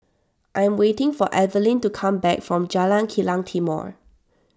I am waiting for Evelyne to come back from Jalan Kilang Timor